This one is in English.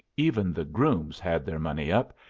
even the grooms had their money up,